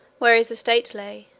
where his estate lay,